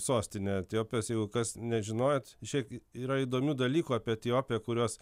sostinė etiopijos jeigu kas nežinojot šiaip yra įdomių dalykų apie etiopiją kuriuos